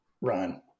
run